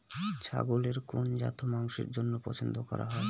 ছাগলের কোন জাত মাংসের জন্য পছন্দ করা হয়?